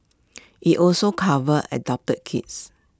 IT also covers adopted kids